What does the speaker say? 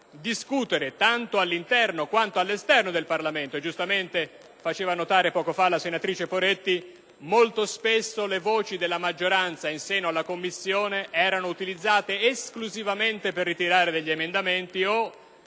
discutere tanto all'interno quanto all'esterno del Parlamento - giustamente faceva notare poco fa la senatrice Poretti che molto spesso le voci della maggioranza in seno alla Commissione erano utilizzate esclusivamente per ritirare degli emendamenti o